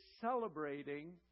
celebrating